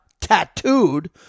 tattooed